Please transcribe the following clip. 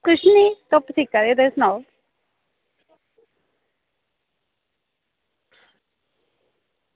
कुछ निं धुप्प सेका दे हे तुस सनाओ